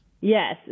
Yes